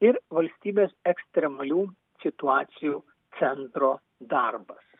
ir valstybės ekstremalių situacijų centro darbas